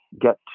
get